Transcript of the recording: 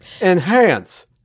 Enhance